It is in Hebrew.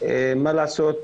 מה לעשות,